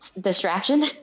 distraction